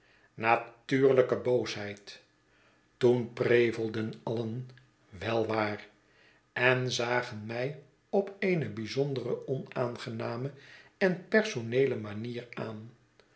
natuurlijke boosheid toen prevelden alien wel waar en zagen mij op eene bijzonder onaangename en personeele manier aan